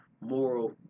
moral